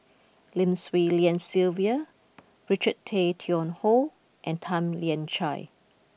Lim Swee Lian Sylvia Richard Tay Tian Hoe and Tan Lian Chye